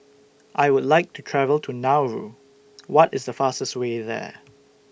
I Would like to travel to Nauru What IS The fastest Way There